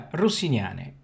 rossiniane